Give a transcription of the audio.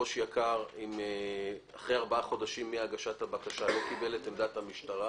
אם אחרי ארבעה חודשים מיום הגשת הבקשה ראש יק"ר לא קיבל את עמדת המשטרה,